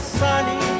sunny